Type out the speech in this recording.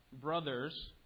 brothers